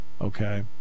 Okay